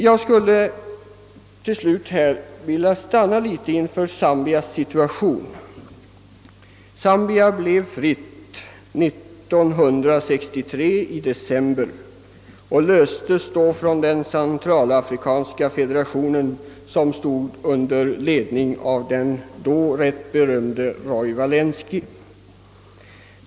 Jag skulle till slut vilja stanna litet inför Zambias situation. Zambia blev fritt i december 1963 och löstes då från den centralafrikanska federationen, som stod under ledning av den rätt berömde sir Roy Welensky.